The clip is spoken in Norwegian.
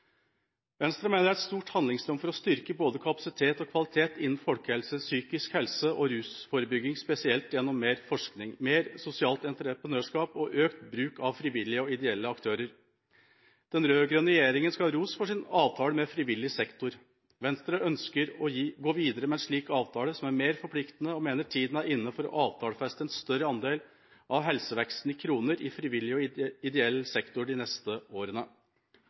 Venstre mener det er et stort handlingsrom for å styrke både kapasitet og kvalitet innen folkehelse, psykisk helse og rusforebygging spesielt gjennom mer forskning, mer sosialt entreprenørskap og økt bruk av frivillige og ideelle aktører. Den rød-grønne regjeringa skal ha ros for sin avtale med frivillig sektor. Venstre ønsker å gå videre med en slik avtale, som er mer forpliktende, og mener tiden er inne for å avtalefeste en større andel av helseveksten i kroner i frivillig og ideell sektor de neste årene.